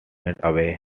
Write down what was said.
away